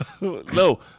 No